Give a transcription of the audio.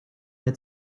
had